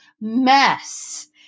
mess